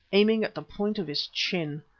aiming at the point of his chin.